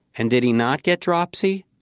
and did he not get dropsy?